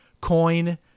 coin